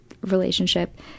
relationship